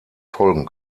folgen